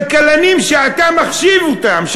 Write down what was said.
כלכלנים שאתה מחשיב אותם,